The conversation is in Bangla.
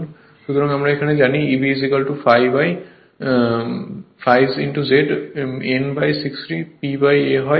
সুতরাং আমরা জানি Eb ∅ Z n 60 P A হয়